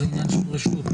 זה עניין של רשות,